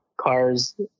cars